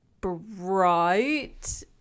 bright